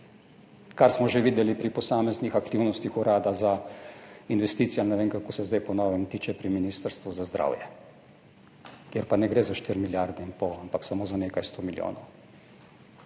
kar smo že videli pri posameznih aktivnostih urada za investicije – ali ne vem, kako se zdaj po novem imenuje – pri Ministrstvu za zdravje, kjer pa ne gre za 4 milijarde in pol, ampak samo za nekaj sto milijonov.